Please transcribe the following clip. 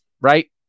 right